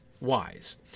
wise